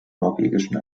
norwegischen